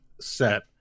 set